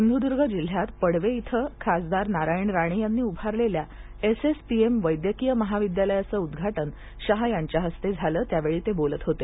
सिंधुदुर्ग जिल्ह्यात पडवे इथं खासदार नारायण राणे यांनी उभारलेल्या एस एस पी एम वैद्यकीय महाविद्यालयाचं उदघाटन शाह यांच्या हस्ते झालं त्यावेळी ते बोलत होते